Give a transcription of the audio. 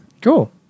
Cool